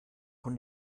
von